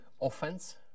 offense